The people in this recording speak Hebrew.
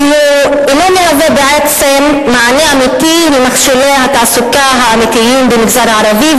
כי הוא אינו בעצם מענה אמיתי למכשולי התעסוקה האמיתיים במגזר הערבי,